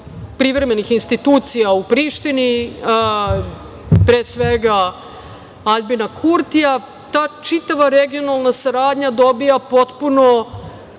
privremenih institucija u Prištini, pre svega Aljbina Kurtija, ta čitava regionalna saradnja dobija potpuno